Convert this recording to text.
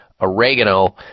oregano